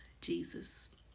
Jesus